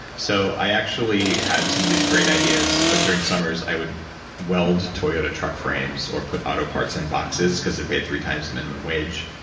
so, i actually had some of these great ideas, but during summers, i would weld toyota truck frames or put auto parts in boxes, because it paid three times the minimum wage,